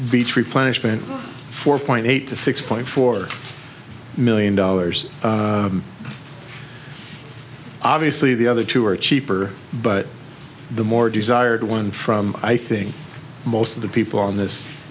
beach replenish spent four point eight to six point four million dollars obviously the other two are cheaper but the more desired one from i think most of the people on this